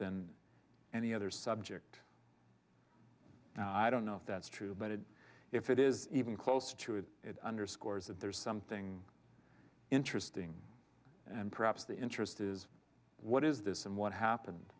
than any other subject and i don't know if that's true but it if it is even close to it it underscores that there's something interesting and perhaps the interest is what is this and what happened